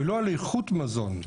ולא על איכות מזון.